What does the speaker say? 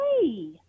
Hey